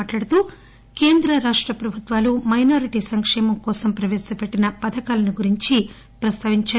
సేడు కేంద్ర రాష్ట ప్రభుత్వాలు మైనారిటీల సంక్షేమం కోసం ప్రవేశపెట్టిన పథకాల గురించి ప్రస్తావించారు